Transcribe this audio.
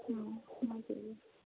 ᱢᱟ ᱛᱚᱵᱮ